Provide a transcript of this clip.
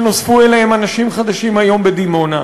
שנוספו אליהם אנשים חדשים היום בדימונה.